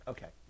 Okay